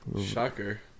Shocker